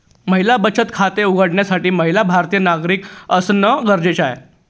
महिला बचत खाते उघडण्यासाठी महिला भारतीय नागरिक असणं गरजेच आहे